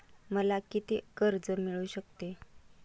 मला किती कर्ज मिळू शकते?